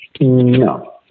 No